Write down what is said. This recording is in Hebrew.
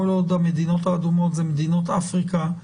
עוד המדינות האדומות הן מדינות אפריקה,